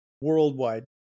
worldwide